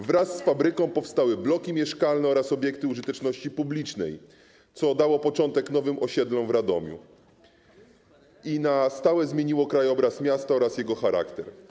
Wraz z fabryką powstały bloki mieszkalne oraz obiekty użyteczności publicznej, co dało początek nowym osiedlom w Radomiu i na stałe zmieniło krajobraz miasta oraz jego charakter.